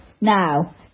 Now